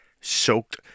soaked